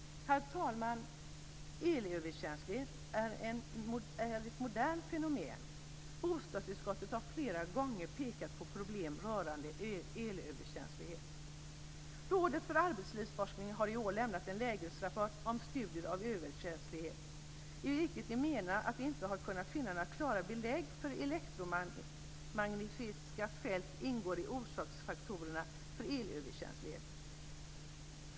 Herr talman! Elöverkänslighet är ett modernt fenomen. Bostadsutskottet har flera gånger pekat på problem rörande elöverkänslighet. Rådet för arbetslivsforskning har i år lämnat en lägesrapport om studier av elöverkänslighet, i vilken man menar att man inte har kunnat finna några klara belägg för att elektromagnetiska fält ingår i orsaksfaktorerna för elöverkänslighet.